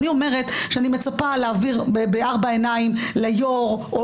אני מצפה להעביר בארבע עיניים ליו"ר או